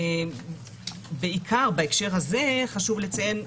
חשוב לציין,